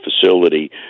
facility